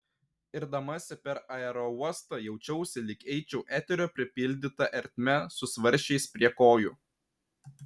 irdamasi per aerouostą jaučiausi lyg eičiau eterio pripildyta ertme su svarsčiais prie kojų